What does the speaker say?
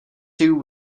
two